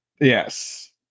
Yes